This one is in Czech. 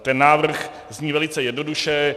Ten návrh zní velice jednoduše.